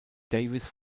davis